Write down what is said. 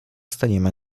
staniemy